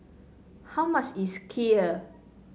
how much is Kheer